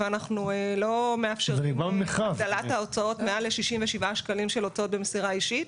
אנחנו לא מאפשרים הגדלת ההוצאות מעל 67 שקלים של הוצאות במסירה אישית.